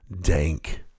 dank